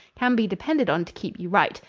can be depended on to keep you right.